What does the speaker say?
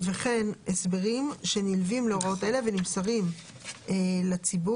וכן הסברים שנלווים להוראות אלה ונמסרים לציבור,